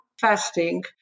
fasting